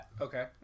Okay